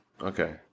Okay